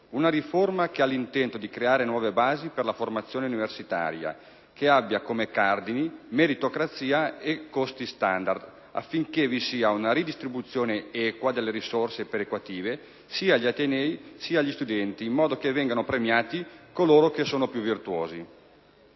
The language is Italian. una riforma che ha l'intento di creare nuove basi per la formazione universitaria, che abbia come cardini meritocrazia e costi standard, affinché vi sia una redistribuzione equa delle risorse perequative sia agli atenei che agli studenti, in modo che vengano premiati coloro che sono più virtuosi.